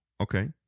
Okay